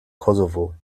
kosovo